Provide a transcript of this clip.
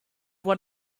what